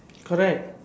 correct